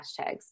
hashtags